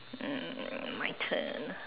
mm my turn